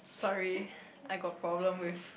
sorry I got problem with